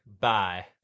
Bye